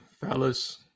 Fellas